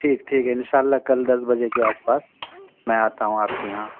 ٹھیک ٹھیک ان شاء اللہ کل دس بجے کے آس پاس میں آتا ہوں آپ کے یہاں